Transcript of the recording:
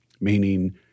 Meaning